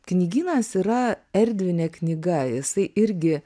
knygynas yra erdvinė knyga jisai irgi